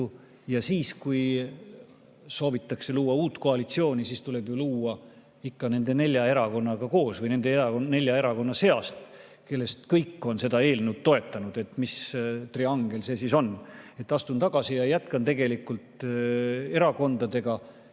ja siis, kui soovitakse luua uut koalitsiooni, siis tuleb ju luua ikka nende nelja erakonnaga koos või nende nelja erakonna seast, kellest kõik on seda eelnõu toetanud. Mis triangel see siis on, et astun tagasi ja jätkan tegelikult erakondadega,